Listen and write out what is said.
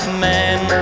man